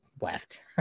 left